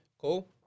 Cool